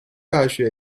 大学